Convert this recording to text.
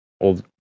old